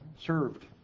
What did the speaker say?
served